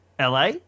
LA